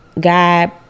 God